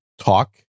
talk